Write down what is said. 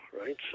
right